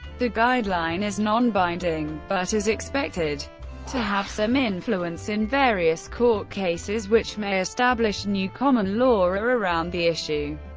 the guideline is non-binding, but is expected to have some influence in various court cases which may establish new common law around the issue.